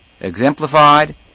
exemplified